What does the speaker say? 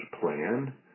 plan